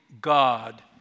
God